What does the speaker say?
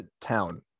town